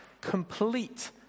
complete